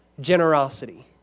generosity